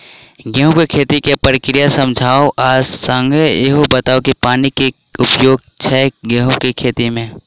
गेंहूँ केँ खेती केँ प्रक्रिया समझाउ आ संगे ईहो बताउ की पानि केँ की उपयोग छै गेंहूँ केँ खेती में?